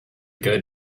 good